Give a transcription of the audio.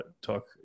talk